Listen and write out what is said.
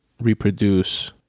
reproduce